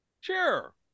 Sure